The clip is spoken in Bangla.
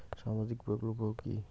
সামাজিক প্রকল্প কি?